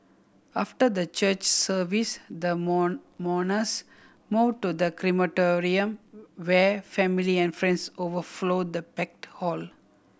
after the church service the mourners moved to the crematorium where family and friends overflowed the packed hall